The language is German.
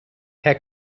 herr